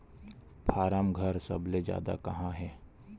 form घर सबले जादा कहां हे